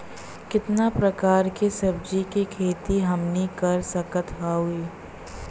कितना प्रकार के सब्जी के खेती हमनी कर सकत हई?